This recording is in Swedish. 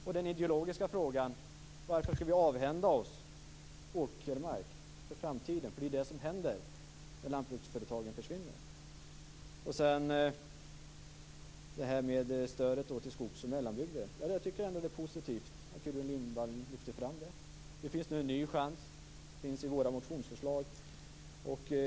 Och den ideologiska frågan: Varför skall vi avhända oss åkermark inför framtiden? För det är det som händer när lantbruksföretagen försvinner. När det gäller stödet till skogs och mellanbygder tycker jag ändå att det är positivt att Gudrun Lindvall lyfter fram det. Det finns nu en ny chans. Det finns med i våra motionsförslag.